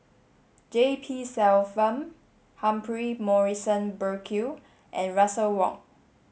G P Selvam Humphrey Morrison Burkill and Russel Wong